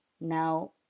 Now